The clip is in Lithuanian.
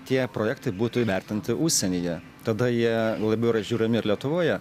tie projektai būtų įvertinti užsienyje tada jie labiau yra žiūrimi ir lietuvoje